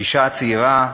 אישה צעירה,